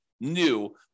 new